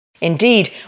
Indeed